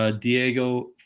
Diego